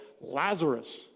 Lazarus